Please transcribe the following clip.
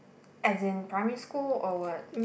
as in primary school or what